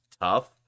tough